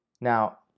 Now